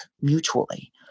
mutually